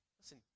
Listen